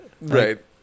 Right